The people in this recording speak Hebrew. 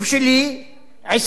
24%